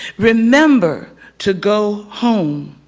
remember to go home,